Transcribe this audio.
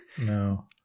No